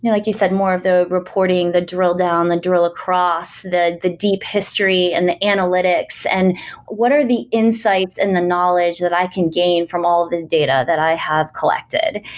like you said, more of the reporting, the drill down, the drill across, the the deep history and the analytics, and what are the insights and the knowledge that i can gain from all of these data that i have collected?